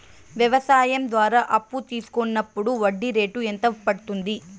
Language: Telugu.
వ్యవసాయం ద్వారా అప్పు తీసుకున్నప్పుడు వడ్డీ రేటు ఎంత పడ్తుంది